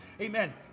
Amen